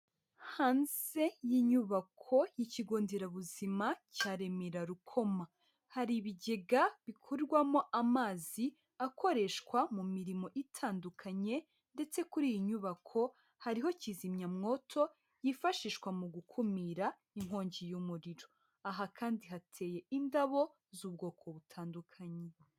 Hanze y'inyubako y'ikigo nderabuzima cya Remera rukoma, hari ibigega bikorwamo amazi akoreshwa mu mirimo itandukanye, ndetse kuri iyi nyubako hariho kizimyamwoto, yifashishwa mu gukumira inkongi y'umuriro, aha kandi hateye indabo z'ubwoko butandukanye.